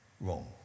wrong